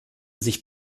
sich